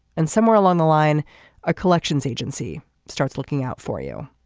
and somewhere along the line a collections agency starts looking out for you.